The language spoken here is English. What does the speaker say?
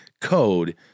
code